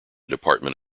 department